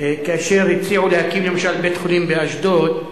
כאשר הציעו להקים למשל בית-חולים באשדוד,